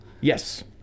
yes